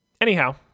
Anyhow